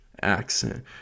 accent